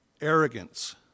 Arrogance